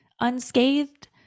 unscathed